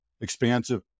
expansive